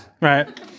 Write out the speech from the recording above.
right